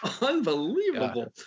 unbelievable